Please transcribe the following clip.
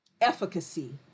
efficacy